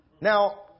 now